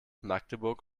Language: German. magdeburg